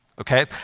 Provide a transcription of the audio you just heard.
Okay